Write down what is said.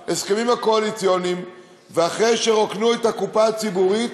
לפי ההסכמים הקואליציוניים ואחרי שרוקנו את הקופה הציבורית,